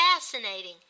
fascinating